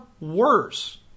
worse